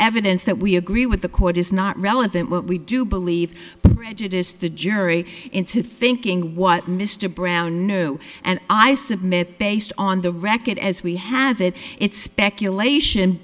evidence that we agree with the court is not relevant what we do believe prejudiced the jury into thinking what mr brown knew and i submit based on the record as we have it it's speculation